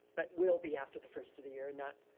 but will be after the first of the year, not